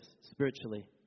spiritually